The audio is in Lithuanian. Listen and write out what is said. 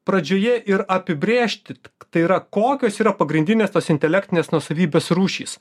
pradžioje ir apibrėžti tai yra kokios yra pagrindinės tos intelektinės nuosavybės rūšys